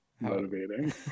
motivating